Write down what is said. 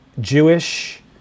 Jewish